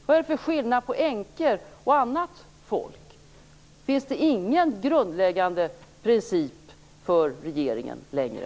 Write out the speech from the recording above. Vad är det för skillnad på änkor och annat folk? Finns det ingen grundläggande princip för regeringen längre?